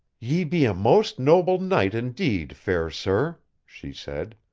ye be a most noble knight indeed, fair sir, she said,